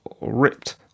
ripped